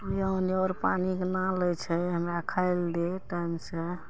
यो आओर पानिके नाम लै छै हमरा खाइ लए दे टाइम सऽ